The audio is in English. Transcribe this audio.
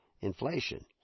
inflation